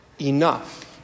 enough